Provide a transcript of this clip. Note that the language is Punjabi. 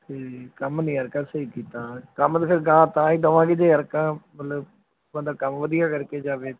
ਅਤੇ ਕੰਮ ਨਹੀਂ ਅਰਕਾ ਸਹੀ ਕੀਤਾ ਕੰਮ ਤਾਂ ਫਿਰ ਅਗਾਂਹ ਤਾਂ ਹੀ ਦੇਵਾਂਗੇ ਜੇ ਅਰਕਾ ਮਤਲਬ ਬੰਦਾ ਕੰਮ ਵਧੀਆ ਕਰਕੇ ਜਾਵੇ